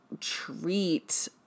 treat